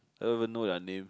don't even know their names